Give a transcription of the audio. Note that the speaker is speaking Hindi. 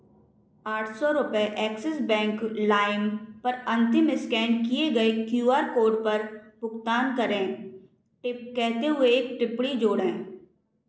आठ सौ रुपये एक्सिज़ बैंक लाइम पर अंतिम स्कैन किए गए क्यू आर कोड पर भुगतान करें टिप कहते हुए एक टिप्पणी जोड़ें